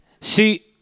See